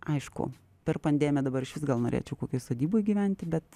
aišku per pandemiją dabar išvis gal norėčiau kokioj sodyboj gyventi bet